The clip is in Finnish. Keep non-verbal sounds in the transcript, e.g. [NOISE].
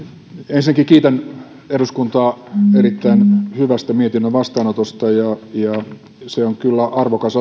ensinnäkin kiitän eduskuntaa erittäin hyvästä mietinnön vastaanotosta se on kyllä arvokas [UNINTELLIGIBLE]